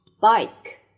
bike